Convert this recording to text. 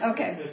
Okay